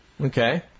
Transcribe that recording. okay